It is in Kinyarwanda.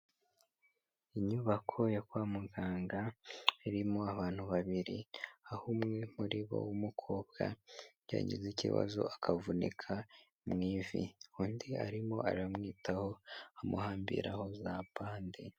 Inyubako yo kwa muganga irimo abantu babiri, aho umwe muri bo w'umukobwa yagize ikibazo akavunika mu ivi, undi arimo aramwitaho amuhambiraho za bandi.